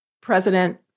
President